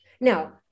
Now